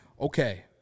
okay